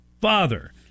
father